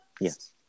yes